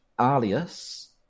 Alias